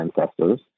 ancestors